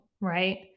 right